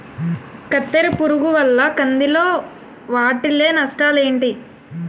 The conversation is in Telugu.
కత్తెర పురుగు వల్ల కంది లో వాటిల్ల నష్టాలు ఏంటి